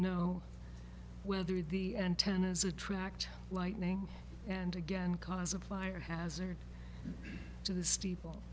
know whether the antennas attract lightning and again cause a fire hazard to the steeple